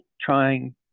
trying